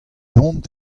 hont